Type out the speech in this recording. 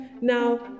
Now